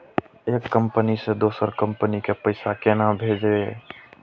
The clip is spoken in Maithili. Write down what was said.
एक कंपनी से दोसर कंपनी के पैसा केना भेजये?